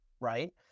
right